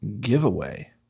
giveaway